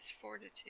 fortitude